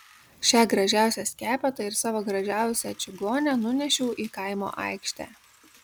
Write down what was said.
šią gražiausią skepetą ir savo gražiausią čigonę nunešiau į kaimo aikštę